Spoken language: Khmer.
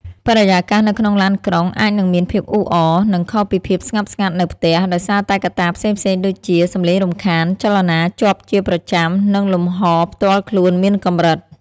បរិយាកាសនៅក្នុងឡានក្រុងអាចនឹងមានសភាពអ៊ូអរ និងខុសពីភាពស្ងប់ស្ងាត់នៅផ្ទះ ដោយសារតែកត្តាផ្សេងៗដូចជា សំឡេងរំខាន ចលនាជាប់ជាប្រចាំ និងលំហផ្ទាល់ខ្លួនមានកម្រិត។